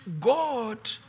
God